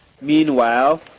Meanwhile